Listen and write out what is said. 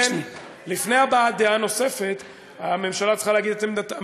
לפני הבעת דעה נוספת הממשלה צריכה להגיד את עמדתה.